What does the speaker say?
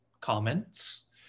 comments